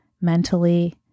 mentally